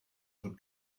von